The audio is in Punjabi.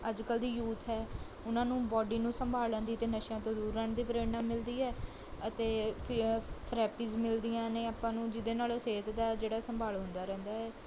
ਅੱਜ ਕੱਲ੍ਹ ਦੀ ਯੂਥ ਹੈ ਉਹਨਾਂ ਨੂੰ ਬੋਡੀ ਨੂੰ ਸੰਭਾਲਣ ਦੀ ਅਤੇ ਨਸ਼ਿਆਂ ਤੋਂ ਦੂਰ ਰਹਿਣ ਦੀ ਪ੍ਰੇਰਨਾ ਮਿਲਦੀ ਹੈ ਅਤੇ ਥਰੈਪੀਜ਼ ਮਿਲਦੀਆਂ ਨੇ ਆਪਾਂ ਨੂੰ ਜਿਹਦੇ ਨਾਲ਼ ਸਿਹਤ ਦਾ ਜਿਹੜਾ ਸੰਭਾਲ ਹੁੰਦਾ ਰਹਿੰਦਾ ਹੈ